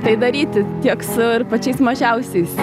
tai daryti tiek su ir pačiais mažiausiais